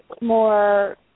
more